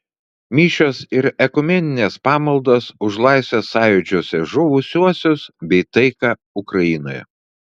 mišios ir ekumeninės pamaldos už laisvės sąjūdžiuose žuvusiuosius bei taiką ukrainoje